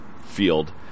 field